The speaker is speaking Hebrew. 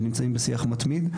ונמצאים בשיח מתמיד.